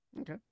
Okay